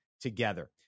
together